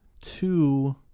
two